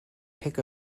pick